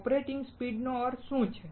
operating speed નો અર્થ શું છે